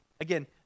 Again